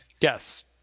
Yes